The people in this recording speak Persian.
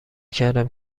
کردم